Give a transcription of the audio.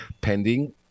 pending